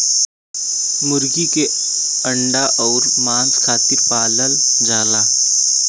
मुरगी के अंडा अउर मांस खातिर पालल जाला